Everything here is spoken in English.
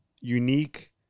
unique